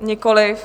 Nikoliv.